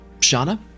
Shana